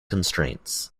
constraints